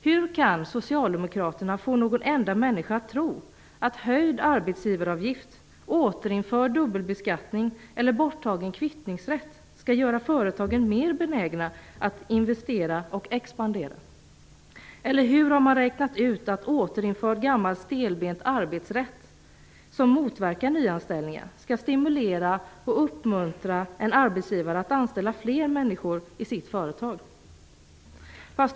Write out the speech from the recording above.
Hur kan socialdemokraterna få någon enda människa att tro att höjd arbetsgivaravgift, återinförd dubbelbeskattning eller borttagen kvittningsrätt skall göra företagen mer benägna att investera och expandera? Eller hur har man räknat ut att återinförd gammal stelbent arbetsrätt, som motverkar nyanställningar, skall stimulera och uppmuntra en arbetsgivare att anställa fler människor i sitt företag?